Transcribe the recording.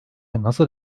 nasıl